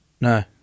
No